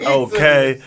okay